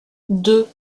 deux